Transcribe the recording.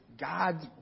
God's